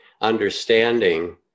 understanding